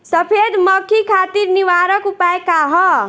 सफेद मक्खी खातिर निवारक उपाय का ह?